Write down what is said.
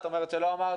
את אומרת שלא אמרת,